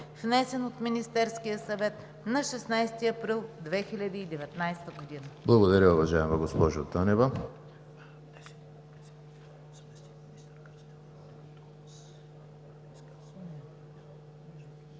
внесен от Министерския съвет на 16 април 2019 г.“